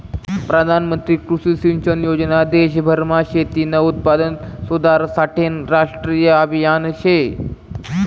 प्रधानमंत्री कृषी सिंचन योजना देशभरमा शेतीनं उत्पादन सुधारासाठेनं राष्ट्रीय आभियान शे